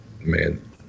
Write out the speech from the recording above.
man